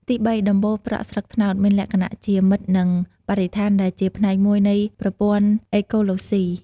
ទីបី ដំបូលប្រក់ស្លឹកត្នោតមានលក្ខណៈ ជាមិត្តនឹងបរិស្ថានដែលជាផ្នែកមួយនៃប្រព័ន្ធអេកូឡូស៊ី។